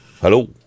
Hello